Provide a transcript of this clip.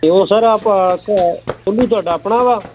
ਅਤੇ ਉਹ ਸਰ ਆਪਾਂ ਘੋਂ ਕੋਹਲੂ ਤੁਹਾਡਾ ਆਪਣਾ ਵਾ